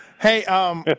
Hey